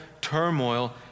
turmoil